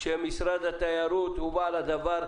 כשמשרד התיירות הוא בעל הדבר,